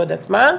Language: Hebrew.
לא יודעת מה,